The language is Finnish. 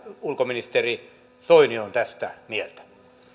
ulkoministeri soini on tästä mieltä